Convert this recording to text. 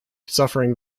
suffering